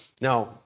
Now